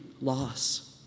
loss